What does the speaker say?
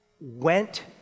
went